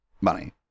money